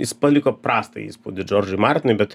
jis paliko prastą įspūdį džordžui martinui bet